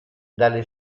dalle